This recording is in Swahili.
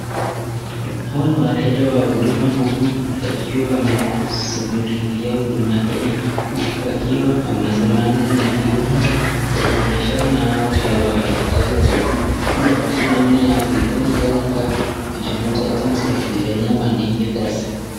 Hawa ni wateja huku wakiwa wamedungulia huku wakiwa wamesimama na kuanza kuongeleshana na hao wafanyikazi ili wapate namna ya kufanya kazi au kujifunza jinsi ya kuifanyanyia wananchi kazi.